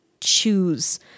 choose